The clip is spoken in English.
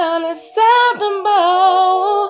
Unacceptable